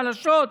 חלשות,